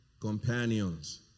companions